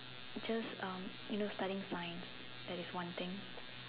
just um you know studying science that is one thing